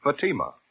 Fatima